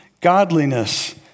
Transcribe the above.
godliness